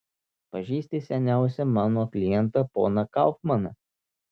pažįsti seniausią mano klientą poną kaufmaną